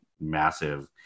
massive